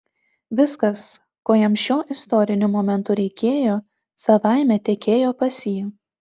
viskas ko jam šiuo istoriniu momentu reikėjo savaime tekėjo pas jį